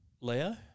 Leo